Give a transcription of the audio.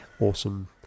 Awesome